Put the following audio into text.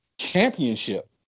championship